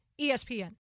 ESPN